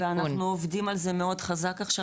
ואנחנו עובדים על זה מאוד חזק עכשיו,